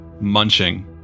munching